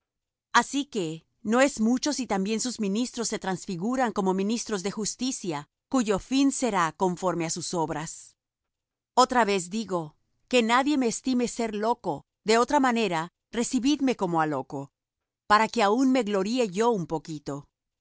así que no es mucho si también sus ministros se transfiguran como ministros de justicia cuyo fin será conforme á sus obras otra vez digo que nadie me estime ser loco de otra manera recibidme como á loco para que aun me gloríe yo un poquito